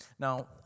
Now